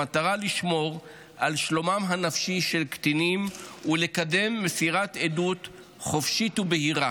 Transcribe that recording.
במטרה לשמור על שלומם הנפשי של קטינים ולקדם מסירת עדות חופשית ובהירה